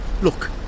Look